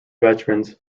veterans